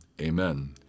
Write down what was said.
amen